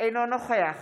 אינו נוכח